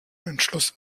entschluss